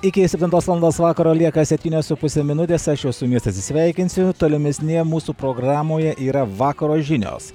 iki septintos valandos vakaro lieka septynios su puse minutės aš jau su jumis atsiveikinsiu tolimesnėje mūsų programoje yra vakaro žinios